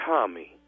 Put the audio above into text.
Tommy